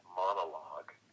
monologue